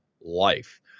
life